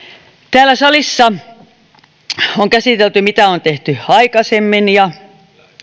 täällä salissa on käsitelty mitä on tehty aikaisemmin ja